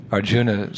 Arjuna